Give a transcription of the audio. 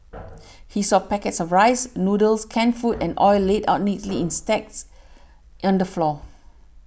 he saw packets of rice noodles canned food and oil laid out neatly in stacks under floor